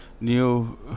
new